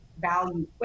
value